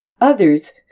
Others